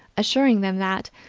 assuring them that,